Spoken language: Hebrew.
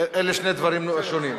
אלה שני דברים שונים.